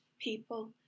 people